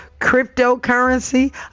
cryptocurrency